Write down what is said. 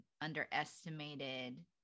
underestimated